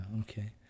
okay